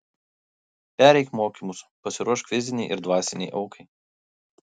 pereik mokymus pasiruošk fizinei ir dvasinei aukai